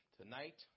tonight